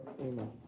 Amen